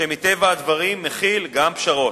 שמטבע הדברים מכיל גם פשרות,